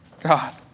God